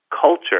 culture